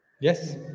Yes